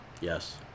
yes